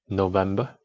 November